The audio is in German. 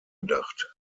gedacht